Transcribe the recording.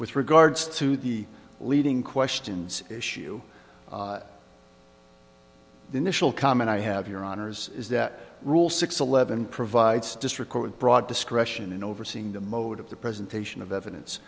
with regards to the leading questions issue the initial comment i have your honour's is that rule six eleven provides district court broad discretion in overseeing the mode of the presentation of evidence